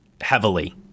heavily